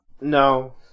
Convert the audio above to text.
No